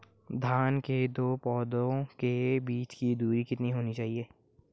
धान के दो पौधों के बीच की दूरी कितनी होनी चाहिए?